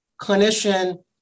clinician